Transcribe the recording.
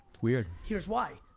weird. here's why,